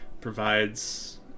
provides